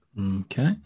Okay